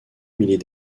milliers